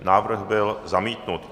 Návrh byl zamítnut.